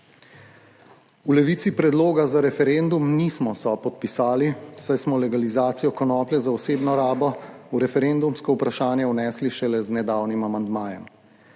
V Levici predloga za referendum nismo sopodpisali, saj smo legalizacijo konoplje za osebno rabo v referendumsko vprašanje vnesli šele z nedavnim amandmajem.